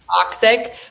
toxic